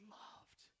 loved